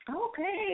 Okay